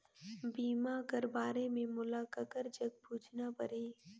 बीमा कर बारे मे मोला ककर जग पूछना परही?